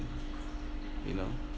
you know